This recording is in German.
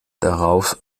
darauf